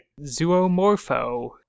Zoomorpho